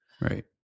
right